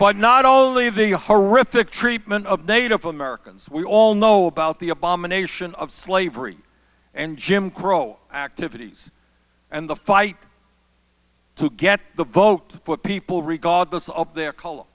that not only the horrific treatment of native americans we all know about the abomination of slavery and jim crow activities and the fight to get the vote for people regardless of their color